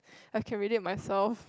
I can read it myself